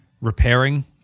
repairing